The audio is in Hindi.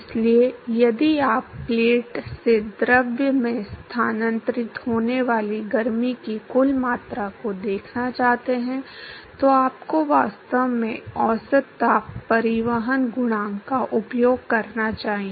इसलिए यदि आप प्लेट से द्रव में स्थानांतरित होने वाली गर्मी की कुल मात्रा को देखना चाहते हैं तो आपको वास्तव में औसत ताप परिवहन गुणांक का उपयोग करना चाहिए